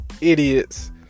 idiots